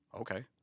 Okay